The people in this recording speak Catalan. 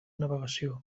navegació